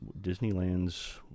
Disneyland's